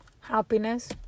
happiness